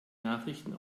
nachrichten